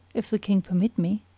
if the king permit me.